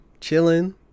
chilling